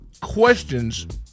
questions